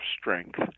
strength